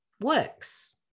works